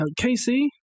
casey